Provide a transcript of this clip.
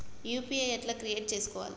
UPI ఎట్లా create చేసుకోవాలి?